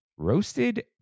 Roasted